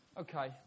Okay